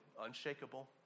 unshakable